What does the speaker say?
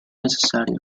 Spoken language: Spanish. necesario